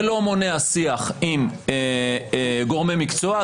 זה לא מונע שיח עם גורמי מקצוע,